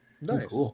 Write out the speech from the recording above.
Nice